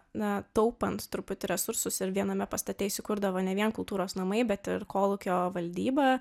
na taupant truputį resursus ir viename pastate įsikurdavo ne vien kultūros namai bet ir kolūkio valdyba